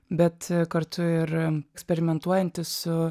bet kartu ir eksperimentuojanti su